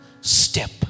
step